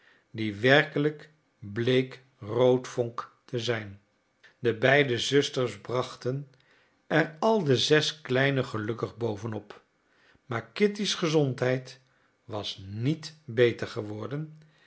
die werkelijk bleek roodvonk te zijn de beide zusters brachten er al de zes kleinen gelukkig boven op maar kitty's gezondheid was niet beter geworden